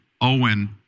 Owen